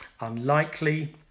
unlikely